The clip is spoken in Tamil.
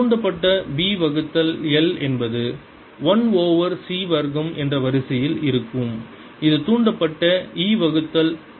தூண்டப்பட்ட B வகுத்தல் l என்பது 1 ஓவர் C வர்க்கம் என்ற வரிசையில் இருக்கும் இது தூண்டப்பட்ட E வகுத்தல் தவ் ஆகும்